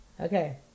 Okay